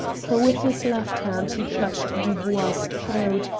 for with his left hand he clutched dubois' throat,